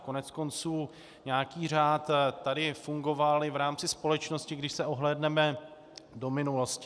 Koneckonců nějaký řád tady fungoval i v rámci společnosti, když se ohlédneme do minulosti.